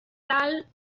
sal